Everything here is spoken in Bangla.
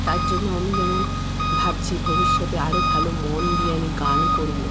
তার জন্য আমি যেমন ভাবছি ভবিষ্যতে আরো ভালো মন দিয়ে আমি গান করবো